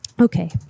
Okay